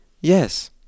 Yes